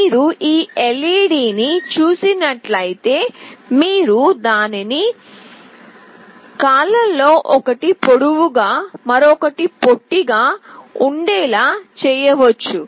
మీరు ఈ LED ని చూసినట్లయితే మీరు దాని కాళ్ళలో ఒకటి పొడవుగా మరొకటి పొట్టిగా ఉండేలా చేయవచ్చు